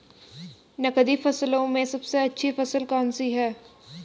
नकदी फसलों में सबसे अच्छी फसल कौन सी है?